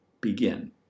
begin